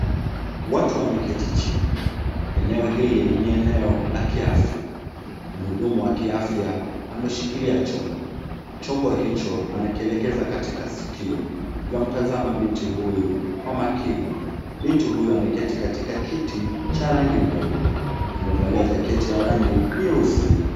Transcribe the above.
Watu wameketi chini eneo ni hili ni eneo la kiafya mhudumu wa kiafya ameshikilia chombo. Chombo hicho anakielekeza katika sikio yuamtazama Binti huyu kwa makini. Binti huyu ameketi katika kiti cha rangi nyeupe amevalia jaketi ya rangi nyeusi.